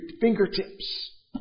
fingertips